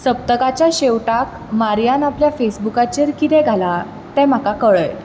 सप्तकाच्या शेवटाक मारियान आपल्या फेसबूकाचेर कितें घालां तें म्हाका कळय